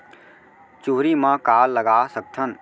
चुहरी म का लगा सकथन?